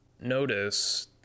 notice